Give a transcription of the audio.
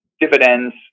dividends